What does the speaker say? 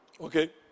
Okay